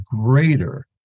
greater